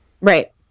Right